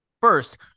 first